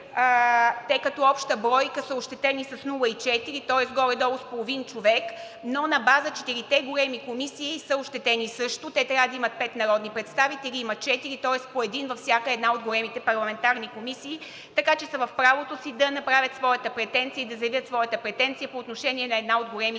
те като обща бройка са ощетени с 0,4, тоест горе-долу с половин човек, но на база четирите големи комисии са ощетени също. Те трябва да имат пет народни представители, а имат четири, тоест по един във всяка една от големите парламентарни комисии, така че са в правото си да направят и заявят своята претенция по отношение на една от големите